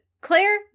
Claire